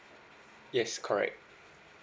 yes correct